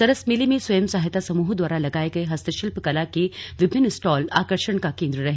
सरस मेले में स्वंय सहायता समूहों द्वारा लगाए गए हस्तशिल्प कला के विभिन्न स्टॉल आर्कषण का केन्द्र रहे